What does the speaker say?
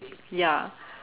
ya